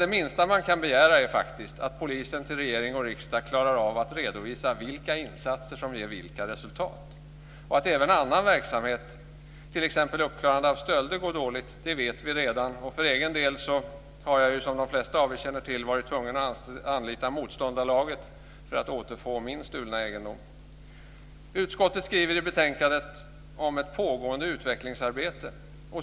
Det minsta man kan begära är att polisen klarar av att för regering och riksdag redovisa vilka insatser som ger vilka resultat. Att även annan verksamhet, t.ex. uppklarande av stölder, går dåligt vet vi redan. För egen del har jag ju, som de flesta av er känner till, varit tvungen att anlita motståndarlaget för att återfå min stulna egendom. Utskottet skriver i betänkandet om ett pågående utvecklingsarbete.